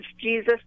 Jesus